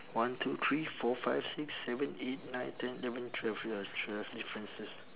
one two three four five six seven eight nine ten eleven twelve ya it's twelve differences